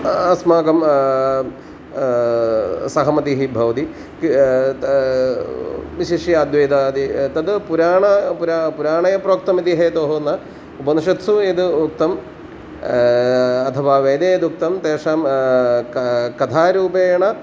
अस्माकं सहमतिः भवति विशिष्य अद्वैतादि तत् पुराणं पुराणं पुराणे प्रोक्तमिति हेतोः न उपनिषत्सु यत् उक्तम् अथवा वेदे यदुक्तं तेषां क कथारूपेण